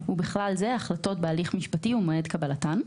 ובכלל זה החלטות בהליך המשפטי ומועד קבלתן.